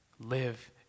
Live